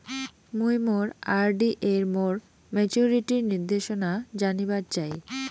মুই মোর আর.ডি এর মোর মেচুরিটির নির্দেশনা জানিবার চাই